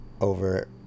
over